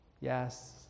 yes